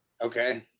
Okay